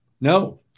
No